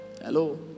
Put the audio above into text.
hello